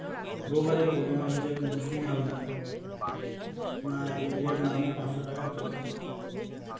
ব্রোকারের পরিমাণ হিসাবে মৌসুমি হালদারের নামে পাঁচশো টাকা যোগ কর